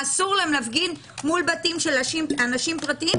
אסור להם להפגין מול בתים של אנשים פרטיים,